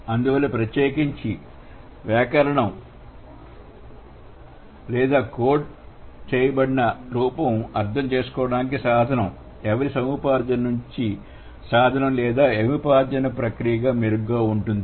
అందువల్ల ప్రత్యేకించి వ్యాకరణం లేదా కోడ్ చేయబడిన రూపం అర్థం చేసుకోవడానికి సాధనం ఎవరి సముపార్జన మంచి సాధనం లేదా ఎవరి సముపార్జన ప్రక్రియ మెరుగ్గా ఉంటుంది